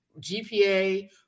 gpa